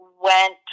went